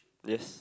yes